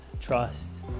trust